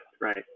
right